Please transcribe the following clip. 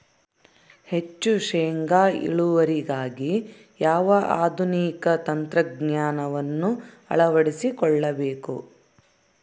ಹೆಚ್ಚು ಶೇಂಗಾ ಇಳುವರಿಗಾಗಿ ಯಾವ ಆಧುನಿಕ ತಂತ್ರಜ್ಞಾನವನ್ನು ಅಳವಡಿಸಿಕೊಳ್ಳಬೇಕು?